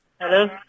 Hello